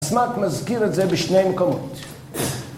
הסמ"ק מזכיר את זה בשני מקומות